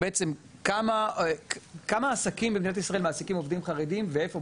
כמה עסקים במדינת ישראל מעסיקים עובדים חרדים ואיפה,